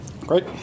Great